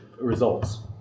results